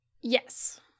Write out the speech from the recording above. Yes